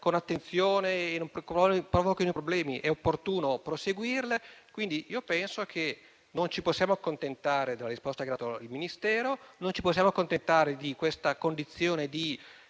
con attenzione e non provochino problemi, è opportuno estenderne la validità. Penso che non ci possiamo accontentare della risposta che ci ha dato il Ministero, che non ci possiamo accontentare di questa situazione a